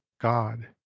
god